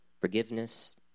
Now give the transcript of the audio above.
Forgiveness